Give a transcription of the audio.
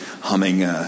Humming